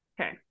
okay